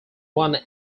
one